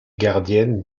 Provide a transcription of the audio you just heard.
gardienne